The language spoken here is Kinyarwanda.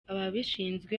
ababishinzwe